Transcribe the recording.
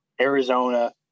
Arizona